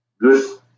good